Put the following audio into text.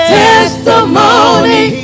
testimony